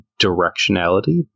directionality